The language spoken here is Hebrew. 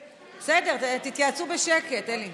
בסדר, תתייעצו בשקט, אלי.